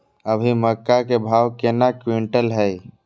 अभी मक्का के भाव केना क्विंटल हय?